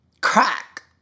crack